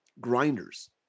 grinders